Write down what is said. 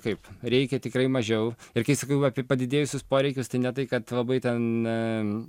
kaip reikia tikrai mažiau ir kai sakiau apie padidėjusius poreikius tai ne tai kad labai ten